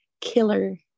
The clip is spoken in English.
killer